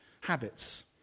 habits